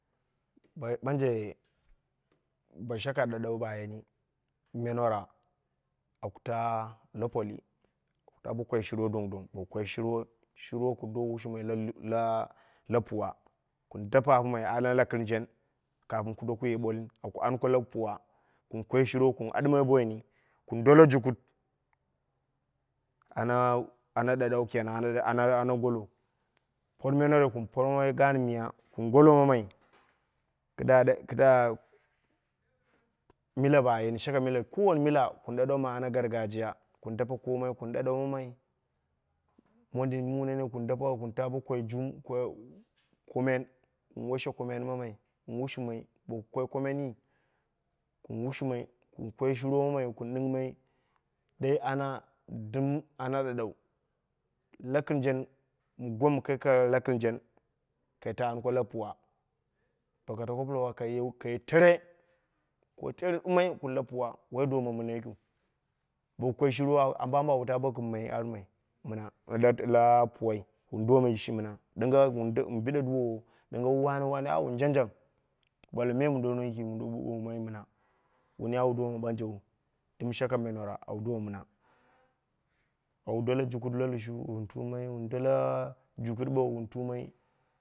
Boye ɓanje bo shaka ɗaɗau ba yeni men wara aku ta lapoli ta bo koi shurwo dong dong, boku koi shurwo kun do wushɨmai la la puwa kun dape apomai ara lakɨrjen kafin ku doku ye bwalin aku anko lapuwa, kun koi shurwo kun admai boini, dolle jukut ana ana ɗaɗau kenan ana ana golo pormai nene kun porma gaan miya kun golo mamai kɨdda, kɨdda mila ba yeni shaka mila kowane mila kun ɗaɗau ma ana gargajiya kun dape koomai kun ɗaɗau mamai, mondin mu nene kun dape kun ta ɓo koi jung woi komen wun washe komen mamai kun wushɨmai boku koi komeni wun wushi mai wun koi shurwo mamai kun ɗing mai dai ana dɨm ana ɗaɗau lokɨr jen wun gom mɨ kaika lakɨrjen kai ta anko lapuwa boko tako lapuwa kai ye tere tere ɗumoi kun lapuwa woi doma mina yikiu bowu koi shurwo ambo ambo awu ta bo kɨmmai ammai mɨna dɨ la dɨla puwai doma gɨn shi mɨnai ɗɨnga wun biɗe dawowu ɗɨnga mɨ wane wane wun jangjang wun ɓalmai me mu domunu yiki mɨ domu bo ɓoomai mɨna wuni au doma ɓanjeu dɨm shaka men wara au do mɨna au dole jukut la lushu wun tuumai, wun dole jukut ɓeu wun tuumai.